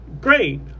Great